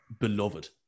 beloved